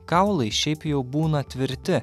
kaulai šiaip jau būna tvirti